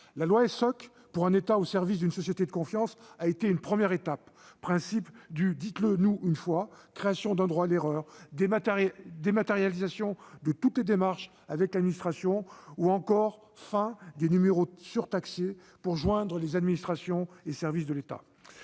La loi Essoc « pour un État au service d'une société de confiance » a marqué une première étape, avec le principe du « dites-le-nous une fois », la création d'un droit à l'erreur, la dématérialisation de toutes les démarches avec l'administration, ou encore la fin des numéros surtaxés pour joindre les administrations et services de l'État.